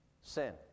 Sin